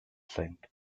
sink